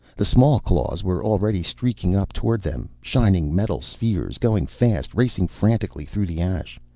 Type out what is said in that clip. the small claws were already streaking up toward them, shining metal spheres going fast, racing frantically through the ash.